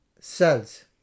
cells